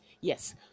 yes